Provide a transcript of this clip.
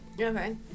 Okay